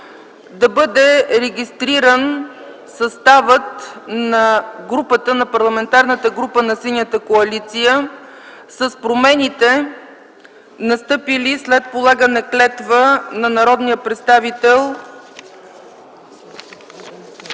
да бъде регистриран съставът на Парламентарната група на Синята коалиция с промените, настъпили след полагането на клетва на народния представител